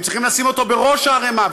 הם צריכים לשים אותו בראש הערימה,